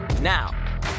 Now